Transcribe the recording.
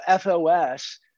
FOS